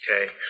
Okay